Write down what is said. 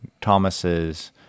Thomas's